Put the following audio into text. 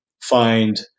find